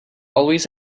always